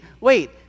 wait